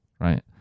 right